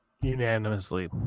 Unanimously